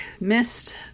missed